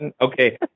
okay